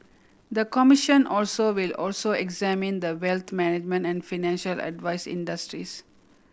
the commission also will also examine the wealth management and financial advice industries